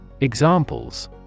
Examples